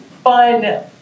fun